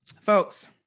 Folks